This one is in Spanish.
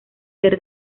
ser